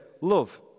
love